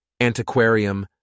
Antiquarium